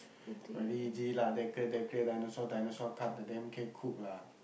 very easy lah that girl that girl dinosaur dinosaur cut the damn cake cook lah